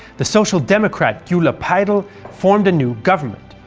the social democrat gyula peidl formed a new government,